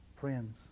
friends